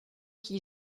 qui